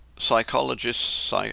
psychologists